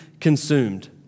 consumed